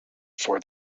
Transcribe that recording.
for